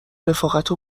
رفاقتا